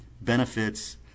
benefits